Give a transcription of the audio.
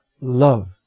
love